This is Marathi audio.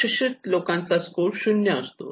अशिक्षित लोकांचा स्कोर 0 असतो